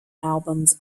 albums